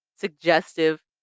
suggestive